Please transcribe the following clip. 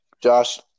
Josh